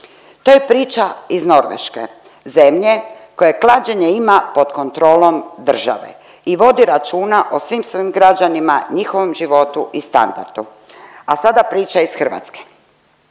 To je priča iz Norveške, zemlje koja klađenje ima pod kontrolom države i vodi računa o svim svojim građanima, njihovom životu i standardu. A sada priča iz Hrvatske.